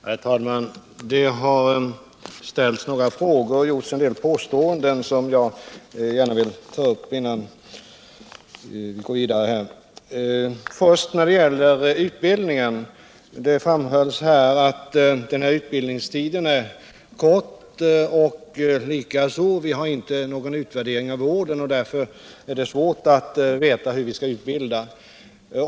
Herr talman! Det har ställts några frågor som jag vill besvara och gjorts en del påståenden som jag vill ta upp innan vi går vidare. Det har framhållits att utbildningstiden är kort och att det är svårt att veta hur vi skall utbilda, eftersom vi inte har någon utvärdering av vården.